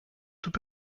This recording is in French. tout